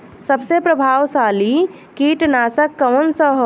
सबसे प्रभावशाली कीटनाशक कउन सा ह?